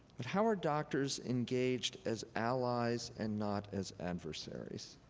but how are doctors engaged as allies and not as adversaries?